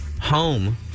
home